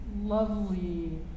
lovely